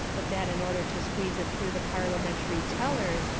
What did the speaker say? but that in order to squeeze it through the parliamentary tellers,